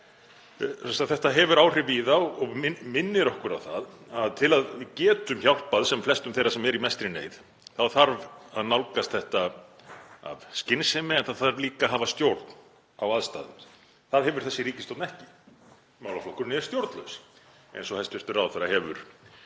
Þetta hefur áhrif víða og minnir okkur á það að til að við getum hjálpað sem flestum þeirra sem eru í mestri neyð þá þarf að nálgast þetta af skynsemi en það þarf líka að hafa stjórn á aðstæðum. Það hefur þessi ríkisstjórn ekki. Málaflokkurinn er stjórnlaus eins og hæstv. ráðherra hefur